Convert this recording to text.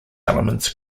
elements